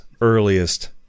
earliest